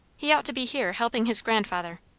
he ought to be here helping his grandfather.